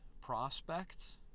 prospects